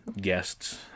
guests